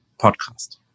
podcast